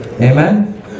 amen